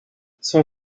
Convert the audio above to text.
son